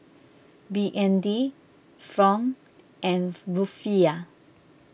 B N D Franc and Rufiyaa